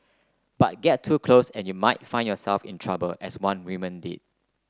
but get too close and you might find yourself in trouble as one women did